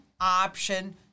option